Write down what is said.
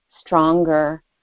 stronger